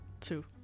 two